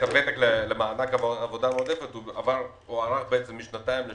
הוותק למענק עבודה מועדפת הוארך משנתיים לשלוש.